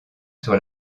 sur